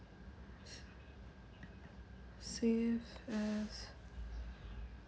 save as